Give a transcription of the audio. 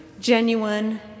genuine